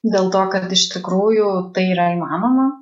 dėl to kad iš tikrųjų tai yra įmanoma